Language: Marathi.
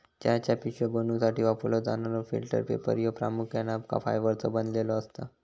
चहाच्या पिशव्या बनवूसाठी वापरलो जाणारो फिल्टर पेपर ह्यो प्रामुख्याने अबका फायबरचो बनलेलो असता